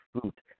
fruit